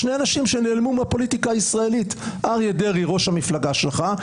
שני אנשים ש"נעלמו" מהפוליטיקה הישראלית: אריה דרעי ראש המפלגה שלך,